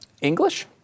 English